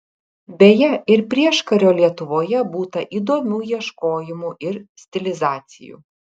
beje ir prieškario lietuvoje būta įdomių ieškojimų ir stilizacijų